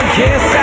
kiss